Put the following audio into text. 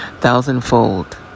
thousandfold